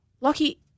lucky